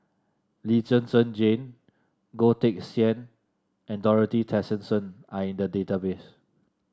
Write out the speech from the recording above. Lee Zhen Zhen Jane Goh Teck Sian and Dorothy Tessensohn are in the database